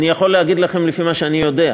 אני יכול להגיד לכם לפי מה שאני יודע,